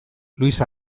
luis